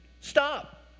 stop